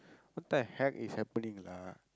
what the heck is happening lah